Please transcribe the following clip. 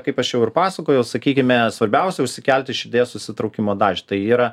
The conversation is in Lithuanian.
kaip aš jau ir pasakojau sakykime svarbiausia užsikelti širdies susitraukimo dažnį tai yra